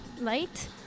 light